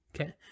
Okay